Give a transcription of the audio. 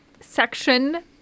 section